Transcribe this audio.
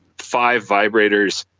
five vibrators,